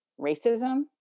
Racism